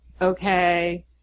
okay